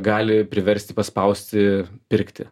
gali priversti paspausti pirkti